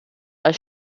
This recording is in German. als